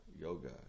Yoga